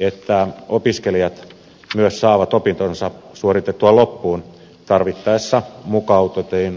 että opiskelijat myös saavat opintonsa suoritettua loppuun tarvittaessa mukautetuin tavoittein